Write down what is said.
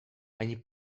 ani